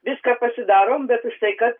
viską pasidarom bet už tai kad